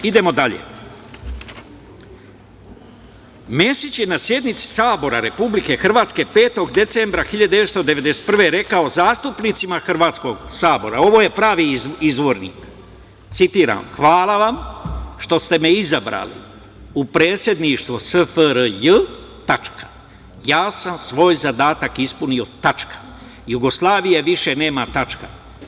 Idemo dalje, Mesić je na sednici Sabora Republike Hrvatske 5. decembra 1991. godine rekao zastupnicima hrvatskog Sabora, ovo je pravi izvorni, citiram – hvala vam što ste me izabrali u predsedništvo SFRJ tačka, ja sam svoj zadatak ispunio tačka Jugoslavije više nema tačka.